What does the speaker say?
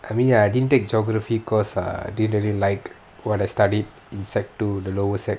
I mean ya I didn't take geography because err I didn't really like what I studied in secondary two the lower secondary